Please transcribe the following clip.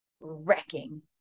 wrecking